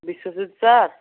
Biswajit sir